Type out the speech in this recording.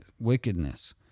wickedness